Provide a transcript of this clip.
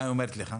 מה היא אומרת לך?